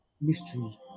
mystery